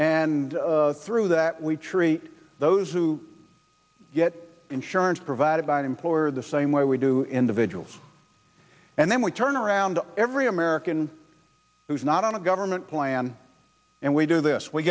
and through that we treat those who get insurance provided by an employer the same way we do individuals and then we turn around every american who's not on a government plan and we do this we